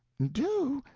do?